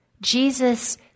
Jesus